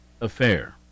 affair